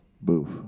boof